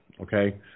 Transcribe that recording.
okay